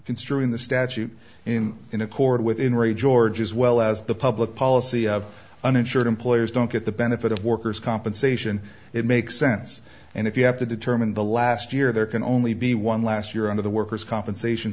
construing the statute in in accord with in re george as well as the public policy of uninsured employers don't get the benefit of worker's compensation it makes sense and if you have to determine the last year there can only be one last year under the worker's compensation